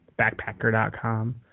Backpacker.com